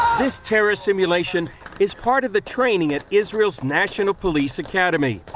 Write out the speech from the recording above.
this terror simulation is part of the training at israel's national police academy.